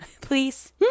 Please